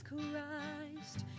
Christ